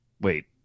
Wait